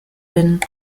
bin